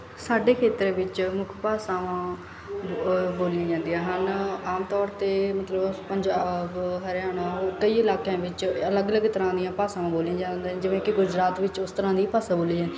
ਸਾਡੇ ਖੇਤਰ ਵਿੱਚ ਮੁੱਖ ਭਾਸ਼ਾਵਾਂ ਬ ਬੋਲੀਆਂ ਜਾਂਦੀਆਂ ਹਨ ਆਮ ਤੌਰ 'ਤੇ ਮਤਲਬ ਪੰਜਾਬ ਹਰਿਆਣਾ ਉਹ ਕਈ ਇਲਾਕਿਆਂ ਵਿੱਚ ਅਲੱਗ ਅਲੱਗ ਤਰ੍ਹਾਂ ਦੀਆਂ ਭਾਸ਼ਾਵਾਂ ਬੋਲੀਆਂ ਜਾਂਦੀਆਂ ਜਿਵੇਂ ਕਿ ਗੁਜਰਾਤ ਵਿੱਚ ਉਸ ਤਰ੍ਹਾਂ ਦੀ ਭਾਸ਼ਾ ਬੋਲੀ ਜਾਦੀ